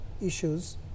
issues